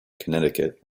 connecticut